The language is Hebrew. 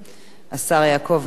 השר יעקב נאמן,